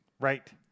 Right